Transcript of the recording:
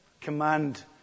command